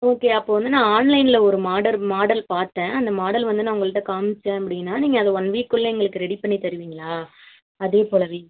okay அப்போ வந்து நான் ஆன்லைனில் ஒரு மாடர் மாடல் பார்த்தேன் அந்த மாடல் வந்து நான் உங்கள்கிட்ட காம்ச்சேன் அப்படின்னா நீங்கள் அதை ஒன் வீக்குள்ளே எங்களுக்கு ரெடி பண்ணி தருவிங்களா அதை போலவே